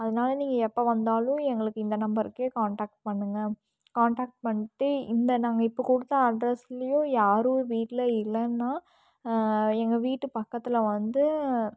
அதனால நீங்கள் எப்போ வந்தாலும் எங்களுக்கு இந்த நம்பருக்கே காண்டாக்ட் பண்ணுங்க காண்டாக்ட் பண்ணிட்டு இந்த நாங்கள் இப்போ கொடுத்த அட்ரஸுலையும் யாரும் வீட்டில் இல்லைன்னா எங்கள் வீட்டு பக்கத்தில் வந்து